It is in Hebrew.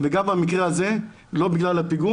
וגם במקרה הזה לא בגלל הפיגום,